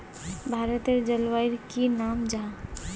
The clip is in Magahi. भारतेर जलवायुर की नाम जाहा?